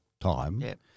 time